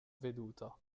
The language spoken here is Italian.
veduta